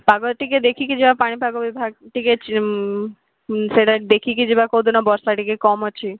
ପାଗ ଟିକେ ଦେଖିକି ଯିବା ପାଣିପାଗ ବିଭାଗ ଟିକେ ଚି ସେଇଟା ଦେଖିକି ଯିବା କୋଉଦିନ ବର୍ଷା ଟିକେ କମ ଅଛି